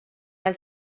els